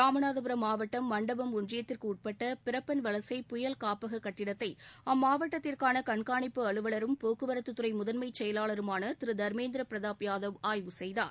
ராமநாதபுரம் மாவட்டம் மண்டபம் ஒன்றியத்திற்கு உட்பட்ட பிரப்பன் வலசை புயல் காப்பக கட்டத்தை அம்மாவட்டத்திற்கான கண்காணிப்பு அலுவலரும் போக்குவரத்துத் துறை முதன்மைச் செயலாளருமான திரு தர்மேந்திர பிரதாப் யாதவ் ஆய்வு செய்தார்